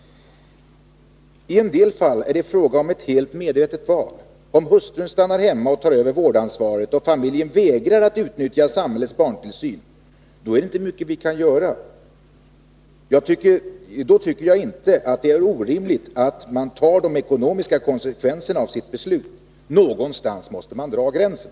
I en del fall är det fråga om ett helt medvetet val. Om mannen stannar hemma och tar över vårdansvaret, och familjen vägrar att utnyttja samhällets barntillsyn, kan vi inte göra mycket. Jag tycker att det då inte är orimligt att man tar de ekonomiska konsekvenserna av sitt beslut. Någonstans måste vi dra gränsen.